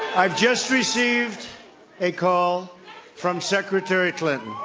i've just received a call from secretary clinton